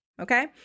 okay